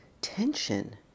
tension